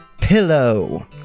pillow